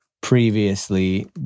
previously